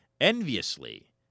enviously